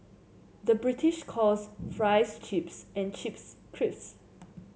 the British calls fries chips and chips crisps